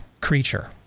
creature